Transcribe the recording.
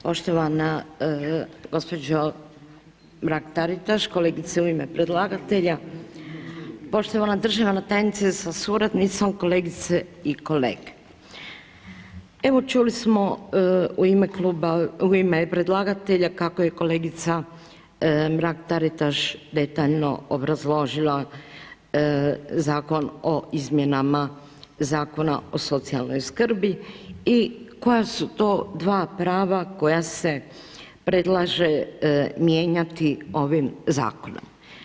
Poštovana gospođo Mrak Taritaš, kolegice u ime predlagatelja, poštovana državna tajnice sa suradnicom, kolegice i kolege, evo čuli smo u ime kluba, u ime predlagatelja kako je kolegica Mrak Taritaš detaljno obrazložila Zakon o izmjenama Zakona o socijalnoj skrbi i koja su to dva prava koja se predlaže mijenjati ovim zakonom.